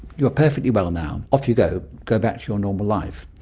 you're perfectly well now, off you go, go back to your normal life.